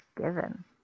given